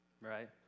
right